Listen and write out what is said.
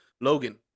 Logan